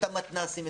את המתנ"סים,